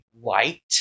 white